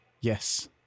yes